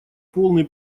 полный